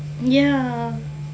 ya